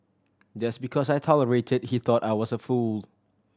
just because I tolerated he thought I was a fool